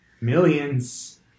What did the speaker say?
millions